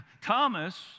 Thomas